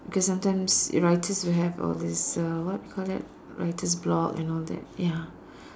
because sometimes writers will have all this uh what you call that writer's block and all that ya